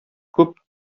күп